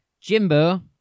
Jimbo